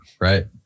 right